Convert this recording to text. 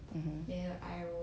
mmhmm